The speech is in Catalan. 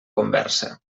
conversa